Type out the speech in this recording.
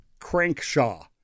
Crankshaw